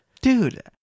Dude